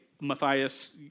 Matthias